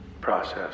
process